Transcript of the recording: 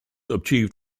achieved